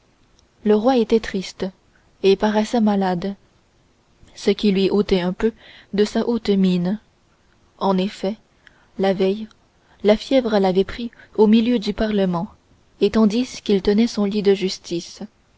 le roi était triste et paraissait malade ce qui lui ôtait un peu de sa haute mine en effet la veille la fièvre l'avait pris au milieu du parlement et tandis qu'il tenait son lit de justice